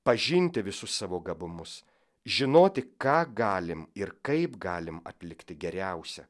pažinti visus savo gabumus žinoti ką galim ir kaip galim atlikti geriausią